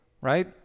right